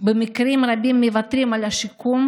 במקרים רבים מוותרים על השיקום,